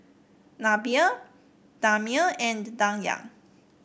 Nabila Damia and Dayang